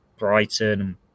Brighton